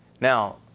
Now